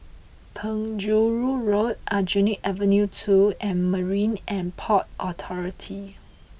Penjuru Road Aljunied Avenue two and Marine and Port Authority